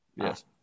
Yes